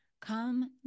Come